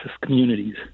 communities